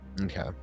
Okay